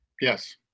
Yes